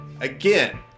again